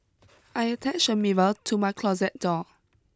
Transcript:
I attached a mirror to my closet door